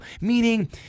Meaning